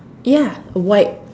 ya white